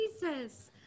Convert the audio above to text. Jesus